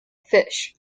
fish